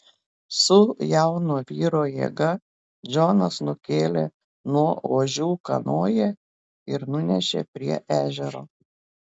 su jauno vyro jėga džonas nukėlė nuo ožių kanoją ir nunešė prie ežero